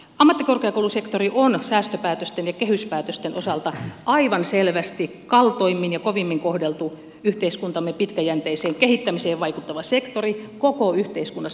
ammattikorkeakoulusektori on säästöpäätösten ja kehyspäätösten osalta aivan selvästi kaltoimmin ja kovimmin kohdeltu yhteiskuntamme pitkäjänteiseen kehittämiseen vaikuttava sektori koko yhteiskunnassa